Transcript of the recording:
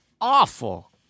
awful